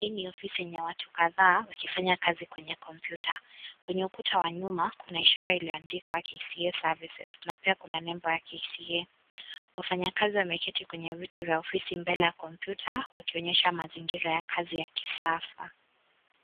Hii ni ofisi yenye watu kadhaa, wakifanya kazi kwenye kompyuta. Kwenye ukuta wa nyuma kuna ishara iliyoandikwa KCA services na pia kuna nembo ya KCA . Wafanya kazi wameketi kwenye viti vya ofisi mbele na kompyuta wakionyesha mazingira ya kazi ya kisasa.